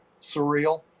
surreal